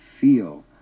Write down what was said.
feel